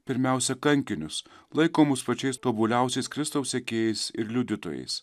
pirmiausia kankinius laikomus pačiais tobuliausiais kristaus sekėjais ir liudytojais